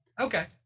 Okay